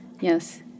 Yes